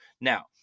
now